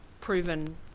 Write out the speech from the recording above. proven